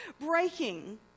breaking